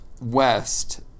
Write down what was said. west